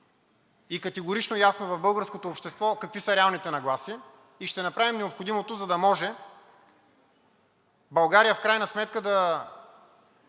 и категорично ясно в българското общество какви са реалните нагласи и ще направим необходимото, за да може България в крайна сметка да